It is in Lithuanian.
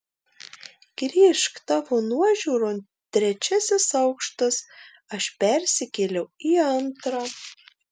grįžk tavo nuožiūron trečiasis aukštas aš persikėliau į antrą